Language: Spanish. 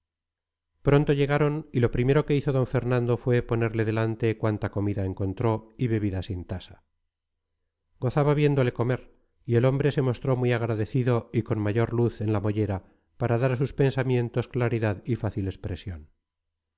pronto llegaron y lo primero que hizo d fernando fue ponerle delante cuanta comida encontró y bebida sin tasa gozaba viéndole comer y el hombre se mostró muy agradecido y con mayor luz en la mollera para dar a sus pensamientos claridad y fácil expresión